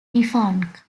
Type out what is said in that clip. defunct